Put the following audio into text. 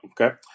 Okay